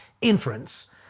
inference